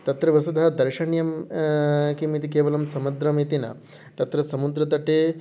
तत्र वस्तुतः दर्शनीयं किम् इति केवलं समुद्रम् इति न तत्र समुद्रतटे